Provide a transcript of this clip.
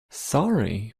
sorry